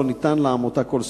לא ניתן לעמותה כל סיוע.